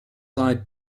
side